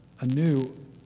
anew